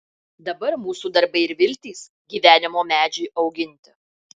dabar mūsų darbai ir viltys gyvenimo medžiui auginti